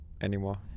anymore